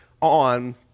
on